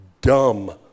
dumb